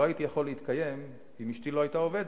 לא הייתי יכול להתקיים אם אשתי לא היתה עובדת.